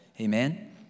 Amen